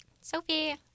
sophie